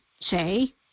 say